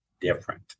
different